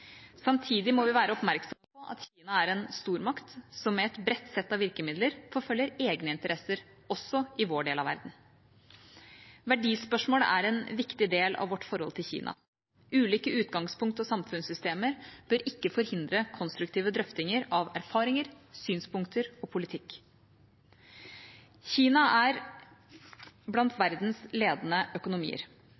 Samtidig må vi være oppmerksom på at Kina er en stormakt som med et bredt sett av virkemidler forfølger egne interesser også i vår del av verden. Verdispørsmål er en viktig del av vårt forhold til Kina. Ulike utgangspunkt og samfunnssystemer bør ikke forhindre konstruktive drøftinger av erfaringer, synspunkter og politikk. Kina er blant